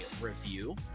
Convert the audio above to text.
review